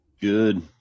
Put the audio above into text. Good